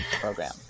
program